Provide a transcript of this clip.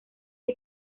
que